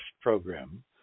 program